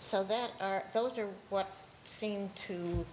so that those are what seemed to